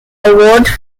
award